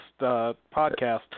podcast